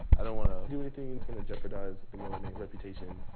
i don't want to do anything that's gonna jeopardize the miller reputation,